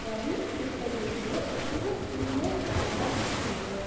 பிரவீன் கிட்டே இருந்து புது ஈமெயில் வந்தால் சொல்